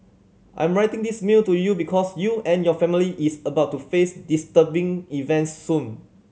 I'm writing this mail to you because you and your family is about to face disturbing events soon